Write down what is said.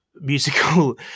musical